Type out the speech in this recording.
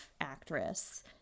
actress